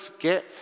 get